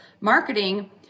marketing